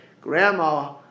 grandma